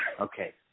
Okay